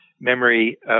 memory